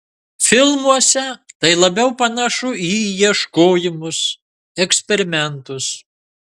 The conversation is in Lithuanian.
filmuose tai labiau panašu į ieškojimus eksperimentus